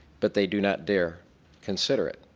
but they do not dare consider it.